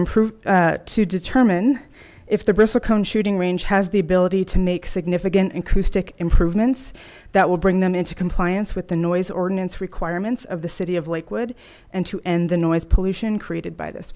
improve to determine if the shooting range has the ability to make significant increase stick improvements that will bring them into compliance with the noise ordinance requirements of the city of lakewood and to end the noise pollution created by this